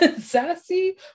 sassy